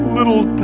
little